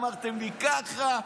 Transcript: אמרתם לי ככה,